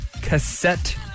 cassette